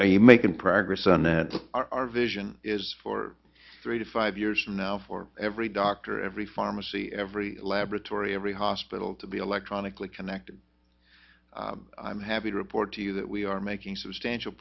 are you making progress on that our vision is for three to five years from now for every doctor every pharmacy every laboratory every hospital to be electronically connected i'm happy to report to you that we are making substantial